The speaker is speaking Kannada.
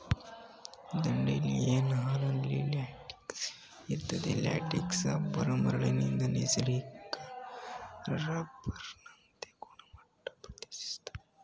ದಂಡೇಲಿಯನ್ ಹಾಲಲ್ಲಿ ಲ್ಯಾಟೆಕ್ಸ್ ಇರ್ತದೆ ಲ್ಯಾಟೆಕ್ಸ್ ರಬ್ಬರ್ ಮರಗಳಿಂದ ನೈಸರ್ಗಿಕ ರಬ್ಬರ್ನಂತೆ ಗುಣಮಟ್ಟ ಪ್ರದರ್ಶಿಸ್ತದೆ